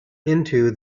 into